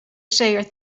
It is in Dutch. schermen